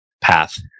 path